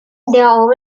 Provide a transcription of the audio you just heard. their